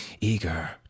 eager